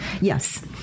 Yes